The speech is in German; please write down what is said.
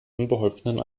unbeholfenen